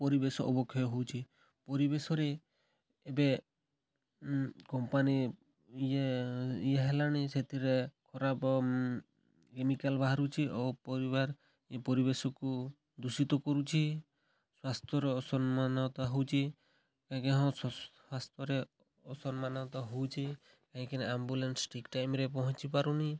ପରିବେଶ ଅବକ୍ଷୟ ହଉଛି ପରିବେଶରେ ଏବେ କମ୍ପାନୀ ଇଏ ଇଏ ହେଲାଣି ସେଥିରେ ଖରାପ କେମିକାଲ୍ ବାହାରୁଛି ଓ ପରିବାର ପରିବେଶକୁ ଦୂଷିତ କରୁଛି ସ୍ୱାସ୍ଥ୍ୟର ଅସମ୍ମାନତା ହେଉଛି କାହିଁକି ନା ହଁ ସ୍ୱାସ୍ଥ୍ୟରେ ଅସମ୍ମାନତା ହେଉଛି କାହିଁକିନା ଆମ୍ବୁଲାନ୍ସ ଠିକ୍ ଟାଇମ୍ରେ ପହଞ୍ଚି ପାରୁନାହିଁ